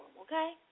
okay